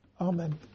Amen